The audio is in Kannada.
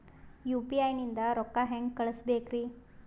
ಯು.ಪಿ.ಐ ನಿಂದ ರೊಕ್ಕ ಹೆಂಗ ಕಳಸಬೇಕ್ರಿ?